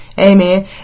Amen